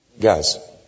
Guys